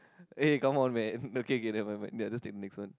eh come on man okay okay never mind ya just take the next one